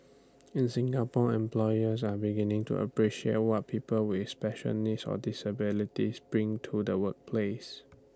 in Singapore employers are beginning to appreciate what people with special needs or disabilities bring to the workplace